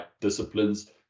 disciplines